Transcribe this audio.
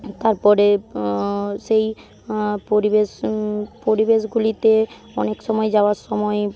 তারপরে সেই পরিবেশ পরিবেশগুলিতে অনেক সময় যাওয়ার সময়